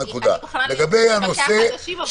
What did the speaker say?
אני מוכנה להתווכח על נשים, אבל לא עכשיו.